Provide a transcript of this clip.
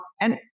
and-